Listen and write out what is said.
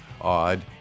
odd